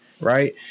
Right